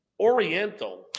Oriental